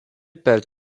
per